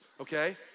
okay